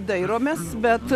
dairomės bet